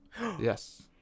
Yes